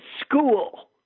school